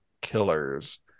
killers